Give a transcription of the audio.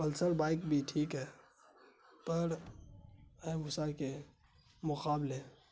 Pulsar bike بھی ٹھیک ہے پر ہائی بوسا کے مقابلے